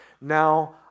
now